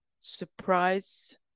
surprise